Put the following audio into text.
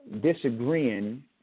disagreeing